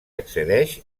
accedeix